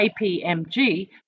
KPMG